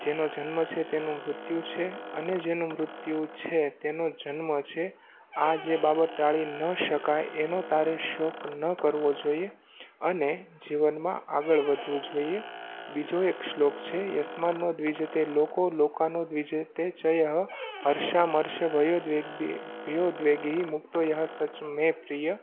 જેનો જન્મ છે તેનું મૃત્યુ છે અને જેનું મૃત્યુ છે તેનો જન્મ છે આ જે બાબત ટાળી ન શકાય એનો તારે શોક ન કરવો જોઈએ અને જીવનમાં આગળ વધવું જોઈએ બીજો એક શ્લોક છે યસ્માનો દ્વિજતે લોકો લોકાનો દ્વિજતે ચયઃ હરશા મર્શ વયો દ્વેગી ભિયો દ્વેગી મુકતો યઃ સચમે પ્રિય